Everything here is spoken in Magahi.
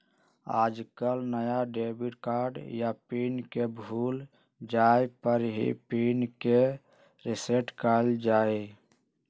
आजकल नया डेबिट कार्ड या पिन के भूल जाये पर ही पिन के रेसेट कइल जाहई